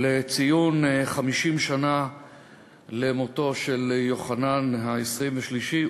לציון 50 שנה למותו של יוחנן ה-23,